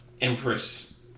Empress